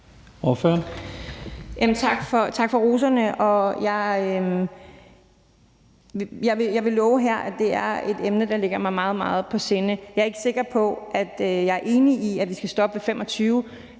Tak for roserne. Jeg vil love her, at det er et emne, der ligger mig meget, meget på sinde. Jeg er ikke sikker på, at jeg er enig i, at vi skal stoppe ved 25.